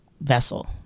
vessel